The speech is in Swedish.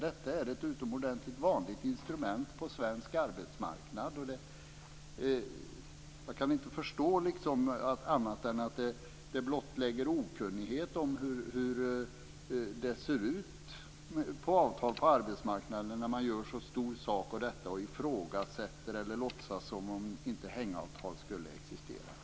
Detta är ett utomordentligt vanligt instrument på svensk arbetsmarknad. Jag kan inte förstå annat än att det blottlägger okunnighet om hur det ser ut på arbetsmarknaden vad gäller avtal när man gör en så stor sak av detta och ifrågasätter eller låtsas som att hängavtal inte existerar.